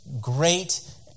great